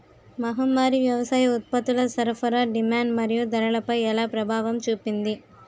మహమ్మారి వ్యవసాయ ఉత్పత్తుల సరఫరా డిమాండ్ మరియు ధరలపై ఎలా ప్రభావం చూపింది?